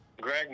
Greg